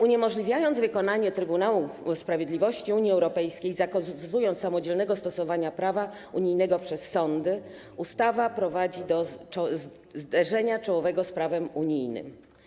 Uniemożliwiając wykonanie wyroków Trybunału Sprawiedliwości Unii Europejskiej, zakazując samodzielnego stosowania prawa unijnego przez sądy, ustawa prowadzi do zderzenia czołowego z prawem unijnym.